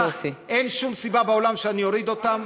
אין שום סיבה בעולם שאני אוריד אותן,